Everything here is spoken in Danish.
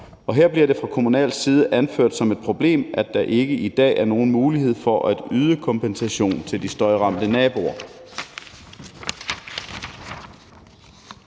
her bliver det fra kommunal side fremført som et problem, at der i dag ikke er nogen mulighed for at yde kompensation til de støjramte naboer.